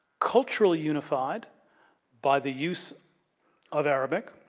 culturally unified by the use of arabic,